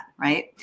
Right